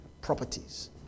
properties